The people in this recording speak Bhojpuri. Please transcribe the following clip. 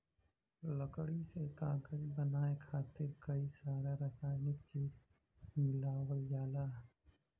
लकड़ी से कागज बनाये खातिर कई सारा रासायनिक चीज मिलावल जाला